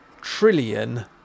trillion